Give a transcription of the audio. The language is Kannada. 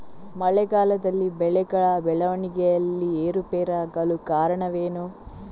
ಮಳೆಗಾಲದಲ್ಲಿ ಬೆಳೆಗಳ ಬೆಳವಣಿಗೆಯಲ್ಲಿ ಏರುಪೇರಾಗಲು ಕಾರಣವೇನು?